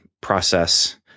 process